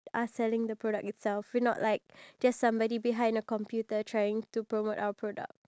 later after awhile it will like you know come back but it's okay I think I got it